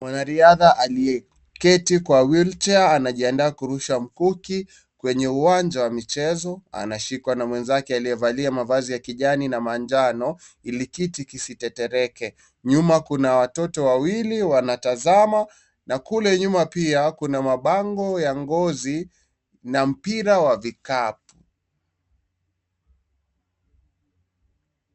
Mwanariadha aliyeketi kwa wheelchair anajiandaa kurusha mkuki kwenye uwanja wa michezo, anashikwa na mwenzake aliyevalia mavazi ya kijani na manjano ili kiti kisitetereke, nyuma kuna watoto wawili wanatazama na kule nyuma pia kuna mabango ya ngozi na mpira wa vikapu.